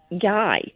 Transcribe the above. guy